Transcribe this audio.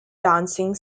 dancing